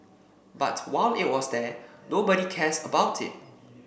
but while it was there nobody cares about it